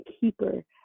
keeper